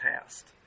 past